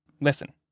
listen